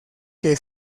que